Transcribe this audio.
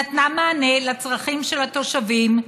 נתנה מענה לצרכים של התושבים,